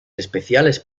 especiales